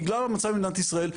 בגלל המצב במדינת ישראל,